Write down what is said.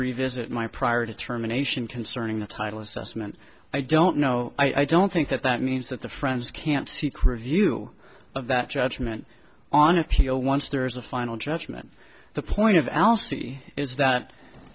revisit my prior to terminations concerning the title assessment i don't know i don't think that that means that the friends can't seek review of that judgment on appeal once there is a final judgment the point of alcee is that